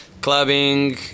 Clubbing